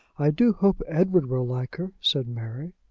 i do hope edward will like her, said mary.